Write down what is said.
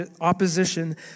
opposition